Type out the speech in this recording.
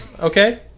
okay